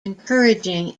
encouraging